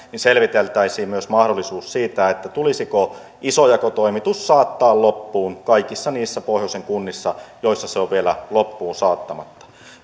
selviteltäisiin myös mahdollisuus siitä tulisiko isojakotoimitus saattaa loppuun kaikissa niissä pohjoisen kunnissa joissa se on vielä loppuun saattamatta